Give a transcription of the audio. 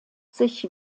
sich